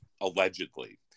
allegedly